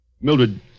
Mildred